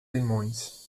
limões